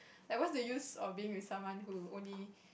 like what's the use of being with someone who only